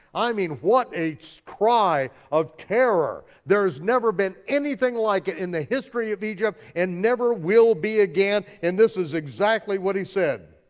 i mean, what a so cry of terror. there's never been anything like it in the history of egypt, and never will be again, and this is exactly what he said.